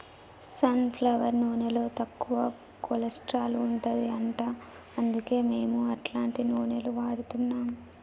sun flower నూనెలో తక్కువ cholesterol ఉంటది అంట అందుకే మేము అట్లాంటి నూనెలు వాడుతున్నాం